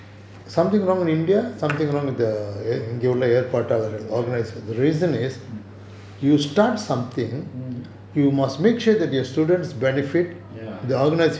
ya mmhmm mmhmm ya